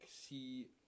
See